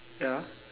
ya